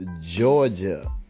Georgia